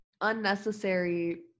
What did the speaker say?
unnecessary